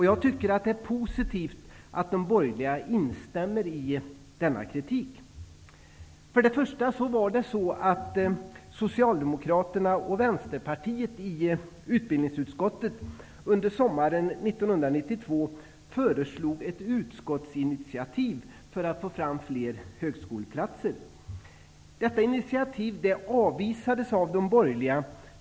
Jag tycker att det är positivt att de borgerliga instämmer i denna kritik. Först och främst föreslog Socialdemokraterna och Vänsterpartiet i utskottet under sommaren 1992 att utskottet skulle ta ett initiativ för att få fram fler högskoleplatser. Detta initiativ avvisades av de borgerliga.